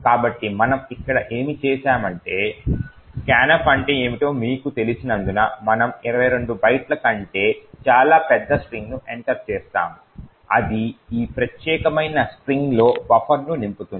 కాబట్టి మనము ఇక్కడ ఏమి చేసామంటే scanf అంటే ఏమిటో మీకు తెలిసినందున మనము 22 బైట్ల కంటే చాలా పెద్ద స్ట్రింగ్ను ఎంటర్ చేసాము అది ఈ ప్రత్యేకమైన స్ట్రింగ్తో బఫర్ను నింపుతుంది